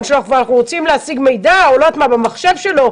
שלו ואנחנו רוצים להשיג מידע במחשב שלו,